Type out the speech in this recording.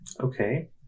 Okay